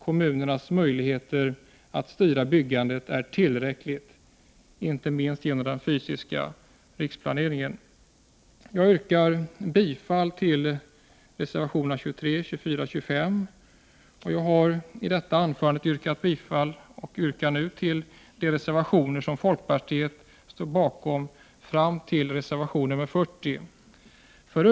Kommunernas möjligheter att styra byggandet är tillräckliga, inte minst genom den fysiska riksplaneringen. Jag yrkar bifall till reservationerna 23, 24, 25 och 43. Jag har i detta anförande yrkat bifall till de reservationer som folkpartiet står bakom fram till reservation 43.